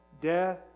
death